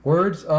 Words